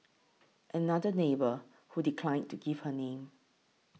another neighbour who declined to give her name